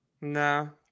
No